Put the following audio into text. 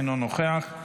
אינו נוכח,